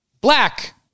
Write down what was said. black